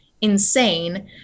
insane